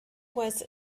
was